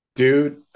Dude